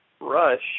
Rush